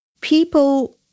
People